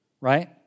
right